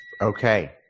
Okay